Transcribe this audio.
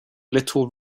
little